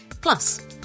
Plus